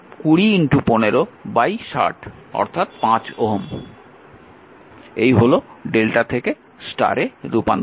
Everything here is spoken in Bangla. সুতরাং এই হল Δ থেকে Y তে রূপান্তর